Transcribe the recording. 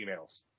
emails